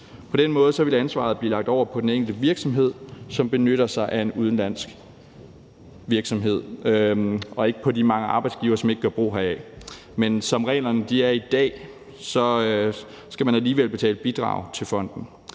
På den måde ville ansvaret blive lagt over på den enkelte virksomhed, som benytter sig af en udenlandsk virksomhed, og ikke på de mange arbejdsgivere, som ikke gør brug heraf. Men som reglerne er i dag, skal man alligevel betale bidrag til fonden.